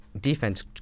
defense